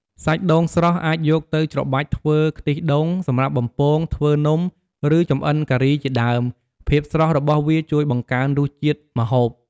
សាច់ដូងស្រស់អាចយកទៅច្របាច់ធ្វើខ្ទិះដូង សម្រាប់បំពង ធ្វើនំ ឬចម្អិនការីជាដើម ភាពស្រស់របស់វាជួយបង្កើនរសជាតិម្ហូប។